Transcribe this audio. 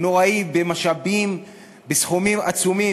נוראי במשאבים בסכומים עצומים.